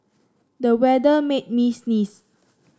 the weather made me sneeze